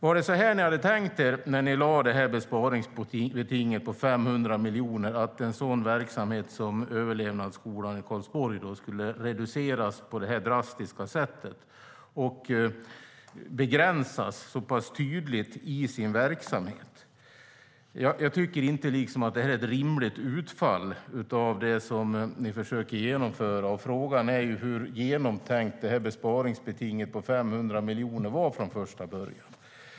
Hade ni tänkt er när ni lade besparingsbetinget på 500 miljoner att en sådan verksamhet som överlevnadsskolan i Karlsborg skulle reduceras på det här drastiska sättet och begränsas så pass tydligt i sin verksamhet? Jag tycker inte att det är ett rimligt utfall av det som ni försöker genomföra. Frågan är hur genomtänkt besparingsbetinget på 500 miljoner var från första början.